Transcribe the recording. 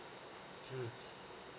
mm